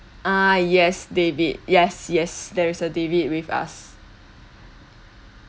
ah yes david yes yes there is a david with us